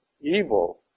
evil